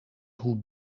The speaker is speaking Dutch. hoe